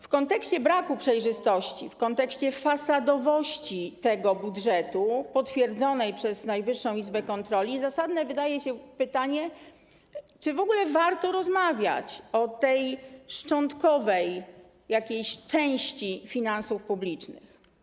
W kontekście braku przejrzystości, w kontekście fasadowości tego budżetu potwierdzonej przez Najwyższą Izbę Kontroli zasadne wydaje się pytanie, czy w ogóle warto rozmawiać o tej szczątkowej części finansów publicznych.